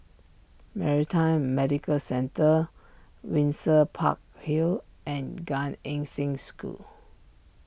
Maritime Medical Centre Windsor Park Hill and Gan Eng Seng School